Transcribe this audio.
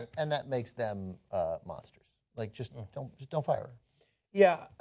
and that makes them monsters. like just don't just don't fire yeah